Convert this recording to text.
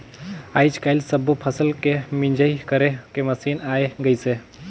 आयज कायल सब्बो फसल के मिंजई करे के मसीन आये गइसे